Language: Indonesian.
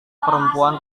perempuan